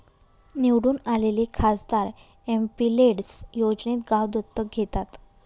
निवडून आलेले खासदार एमपिलेड्स योजनेत गाव दत्तक घेतात